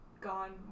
gone